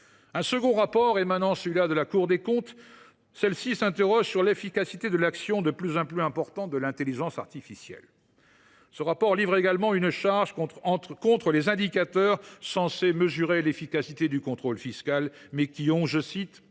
le second rapport, la Cour des comptes s’interroge sur l’efficacité de l’action de plus en plus importante de l’intelligence artificielle. Elle livre également une charge contre les indicateurs censés mesurer l’efficacité du contrôle fiscal, mais qui présentent